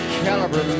caliber